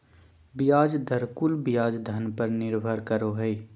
ब्याज दर कुल ब्याज धन पर निर्भर करो हइ